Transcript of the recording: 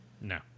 No